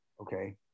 Okay